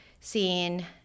seeing